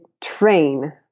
train